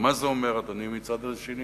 מה זה אומר, אדוני, מהצד השני?